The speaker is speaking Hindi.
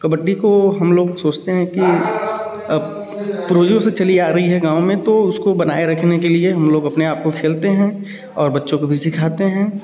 कबड्डी को हम लोग सोचते हैं कि पूर्वजों से चली आ रही है गाँव में तो उसको बनाए रखने के लिए हम लोग अपने आप को खेलते हैं और बच्चों को भी सिखाते हैं